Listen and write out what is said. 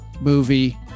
movie